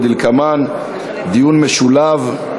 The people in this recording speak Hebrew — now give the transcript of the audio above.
דיון משולב.